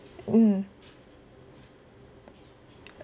mm